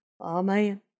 Amen